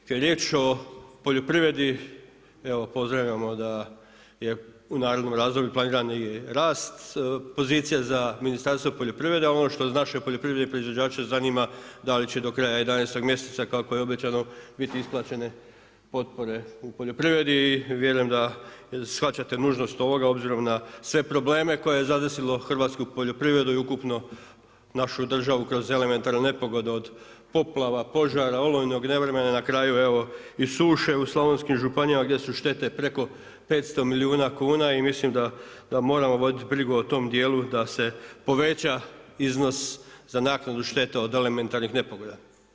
Kada je riječ o poljoprivredi evo pozdravljamo da je u narednom razdoblju planiran je rast pozicija za Ministarstvo poljoprivrede, ali ono što naše poljoprivredne proizvođače zanima da li će do kraja 11. mjeseca kako je obećano biti isplaćene potpore u poljoprivredi i vjerujem da shvaćate nužnost ovoga obzirom na sve probleme koje je zadesilo hrvatsku poljoprivredu i ukupno našu državu kroz elementarne nepogode od poplava, požara, olujnog nevremena, na kraju evo i suše u slavonskim županijama gdje su štete preko 500 milijuna kuna i mislim da moramo voditi brigu o tom dijelu da se poveća iznos za naknadu štete od elementarnih nepogoda.